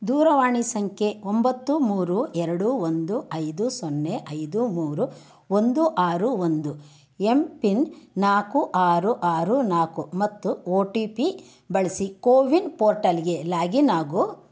ದೂರವಾಣಿ ಸಂಖ್ಯೆ ಒಂಬತ್ತು ಮೂರು ಎರಡು ಒಂದು ಐದು ಸೊನ್ನೆ ಐದು ಮೂರು ಒಂದು ಆರು ಒಂದು ಎಂ ಪಿನ್ ನಾಲ್ಕು ಆರು ಆರು ನಾಲ್ಕು ಮತ್ತು ಒ ಟಿ ಪಿ ಬಳಸಿ ಕೋವಿನ್ ಪೋರ್ಟಲ್ಗೆ ಲಾಗಿನ್ ಆಗು